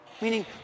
Meaning